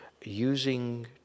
using